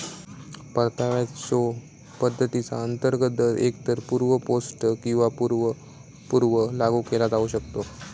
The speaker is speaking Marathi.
परताव्याच्यो पद्धतीचा अंतर्गत दर एकतर पूर्व पोस्ट किंवा पूर्व पूर्व लागू केला जाऊ शकता